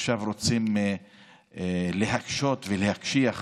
עכשיו רוצים להקשות ולהקשיח